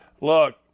Look